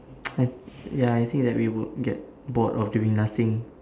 yes ya I think that we would get bored of doing nothing